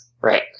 Right